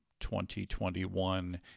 2021